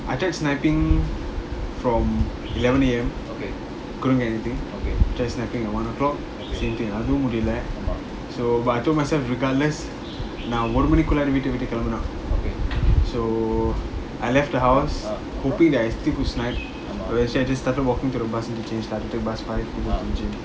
I tried sniping from eleven A_M couldn't get anything tried sniping at one o'clock same thing உறங்கமுடியல:uranga mudiala so but I told myself regardless நான்ஒருமணிக்குமுன்னாலவீட்டவிட்டுகெளம்பனும்:nan orumaniku munnala veeta vitu kelampanum so I left the house hoping that I still could snipe I just started walking to the bus interchange lah to take bus five